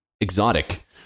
exotic